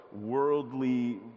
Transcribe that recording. worldly